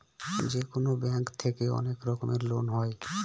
যেকোনো ব্যাঙ্ক থেকে অনেক রকমের লোন হয়